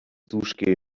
duschgel